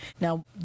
now